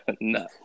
No